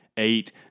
eight